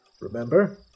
Remember